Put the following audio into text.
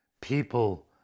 people